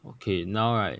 okay now right